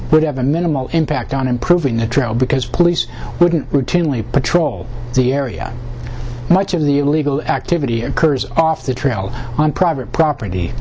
a minimal impact on improving the trail because police wouldn't routinely patrol the area much of the illegal activity occurs off the trail on private property